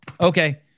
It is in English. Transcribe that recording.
okay